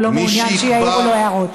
הוא לא מעוניין שיעירו לו הערות.